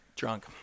Drunk